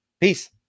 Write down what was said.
Peace